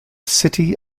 city